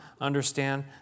understand